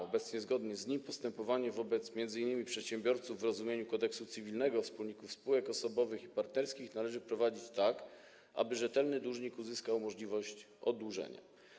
Obecnie zgodnie z nim postępowanie wobec m.in. przedsiębiorców w rozumieniu Kodeksu cywilnego, wspólników spółek osobowych i partnerskich należy prowadzić tak, aby rzetelny dłużnik uzyskał możliwość oddłużenia.